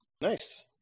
Nice